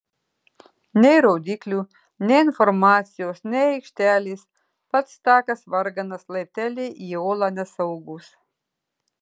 nei rodyklių nei informacijos nei aikštelės pats takas varganas laipteliai į olą nesaugūs